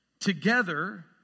together